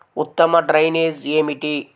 ఉత్తమ డ్రైనేజ్ ఏమిటి?